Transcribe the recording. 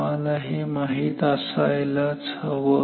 तुम्हाला हे माहीत असायलाच हवं